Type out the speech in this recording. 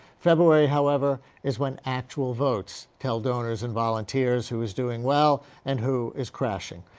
february, however, is when actual votes tell donors and volunteers who is doing well and who is crashing.